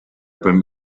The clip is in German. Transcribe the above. beim